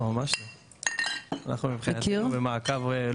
ממש לא, מבחינתנו אנחנו במעקב.